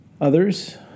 others